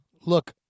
look